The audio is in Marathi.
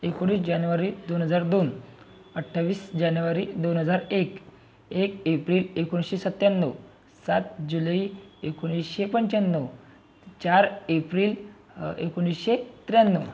एकोणीस जानेवारी दोन हजार दोन अठ्ठावीस जानेवारी दोन हजार एक एक एप्रिल एकोणीसशे सत्त्याण्णव सात जुलई एकोणीसशे पंच्याण्णव चार एप्रिल एकोणीसशे त्र्याण्णव